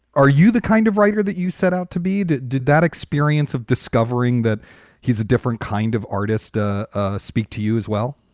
are you the kind of writer that you set out to be? did that experience of discovering that he's a different kind of artist ah ah speak to you as well?